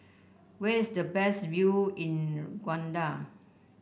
where is the best view in